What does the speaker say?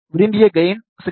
விரும்பிய கெயின் 6